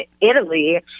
Italy